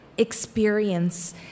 experience